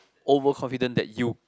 over confident that you